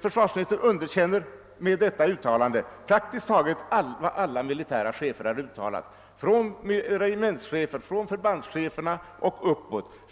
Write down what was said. Försvarsministern underkänner i sitt svar praktiskt taget allt vad de militära cheferna nedifrån och upp har uttalat.